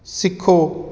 ਸਿੱਖੋ